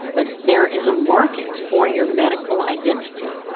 but there is a market for your medical identity.